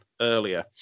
earlier